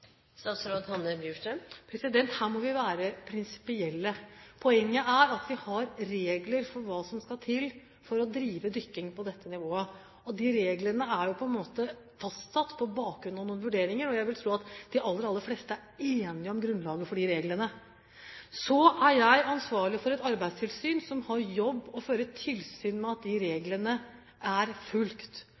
Her må vi være prinsipielle. Poenget er at vi har regler for hva som skal til for å drive dykking på dette nivået, og de reglene er fastsatt på bakgrunn av noen vurderinger. Jeg vil tro at de aller, aller fleste er enige om grunnlaget for de reglene. Så er jeg ansvarlig for et arbeidstilsyn som har som jobb å føre tilsyn med at de reglene er fulgt.